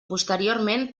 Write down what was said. posteriorment